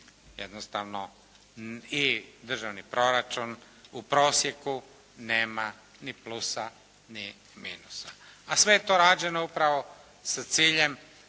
jednostavno i državni proračun u prosjeku nema ni plusa ni minusa, a sve je to rađeno upravo sa ciljem